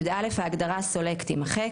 ההגדרה "סולק" - תימחק,